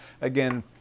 again